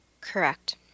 Correct